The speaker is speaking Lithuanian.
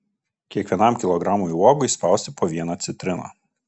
kiekvienam kilogramui uogų įspausti po vieną citriną